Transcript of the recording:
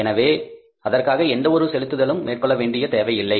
எனவே அதற்காக எந்த ஒரு செலுத்துதலும் மேற்கொள்ள வேண்டிய தேவை இல்லை